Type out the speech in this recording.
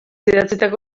idatzitako